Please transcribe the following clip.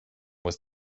was